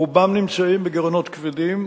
רובם נמצאים בגירעונות כבדים,